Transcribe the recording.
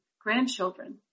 grandchildren